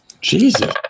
Jesus